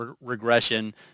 regression